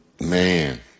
Man